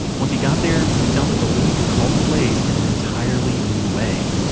once he got there, he found that the league called plays in an entirely new way